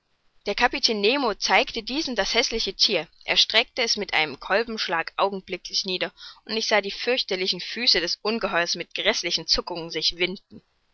der kapitän nemo zeigte diesem das häßliche thier er streckte es mit einem kolbenschlag augenblicklich nieder und ich sah die fürchterlichen füße des ungeheuers in gräßlichen zuckungen sich winden